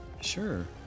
Sure